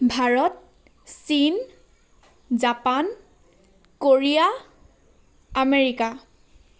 ভাৰত চীন Japan Korea America